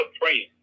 praying